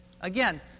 Again